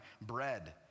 bread